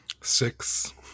six